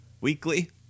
weekly